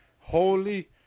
holy